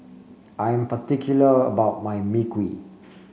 I am particular about my Mui Kee